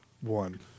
one